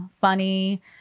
funny